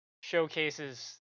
showcases